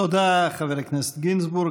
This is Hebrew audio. תודה, חבר הכנסת גינזבורג.